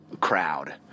crowd